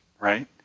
Right